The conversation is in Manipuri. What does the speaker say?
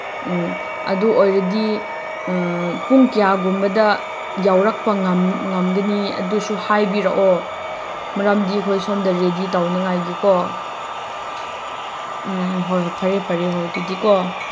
ꯎꯝ ꯑꯗꯨ ꯑꯣꯏꯔꯗꯤ ꯄꯨꯡ ꯀꯌꯥꯒꯨꯝꯕꯗ ꯌꯥꯎꯔꯛꯄ ꯉꯝꯒꯅꯤ ꯑꯗꯨꯁꯨ ꯍꯥꯏꯕꯤꯔꯛꯑꯣ ꯃꯔꯝꯗꯤ ꯑꯩꯈꯣꯏ ꯁꯣꯝꯗ ꯔꯦꯗꯤ ꯇꯧꯅꯉꯥꯏꯒꯤꯀꯣ ꯎꯝ ꯍꯣꯏ ꯐꯔꯦ ꯐꯔꯦ ꯍꯣꯏ ꯑꯗꯨꯗꯤ ꯀꯣ